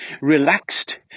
relaxed